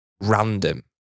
random